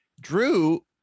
Drew